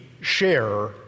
share